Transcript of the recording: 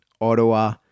Ottawa